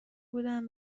بودن